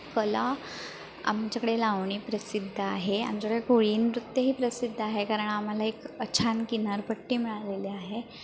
कला आमच्याकडे लावणी प्रसिद्ध आहे आमच्याकडे कोळीनृत्यही प्रसिद्ध आहे कारण आम्हाला एक छान किनारपट्टी मिळालेली आहे